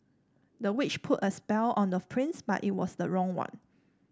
the witch put a spell on the prince but it was the wrong one